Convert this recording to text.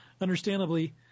understandably